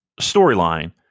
storyline